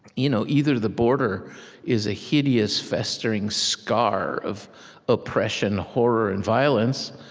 you know either the border is a hideous, festering scar of oppression, horror, and violence,